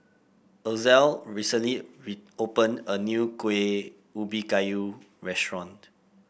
Ozell recently opened a new Kueh Ubi Kayu restaurant